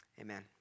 Amen